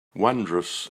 wondrous